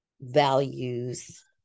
values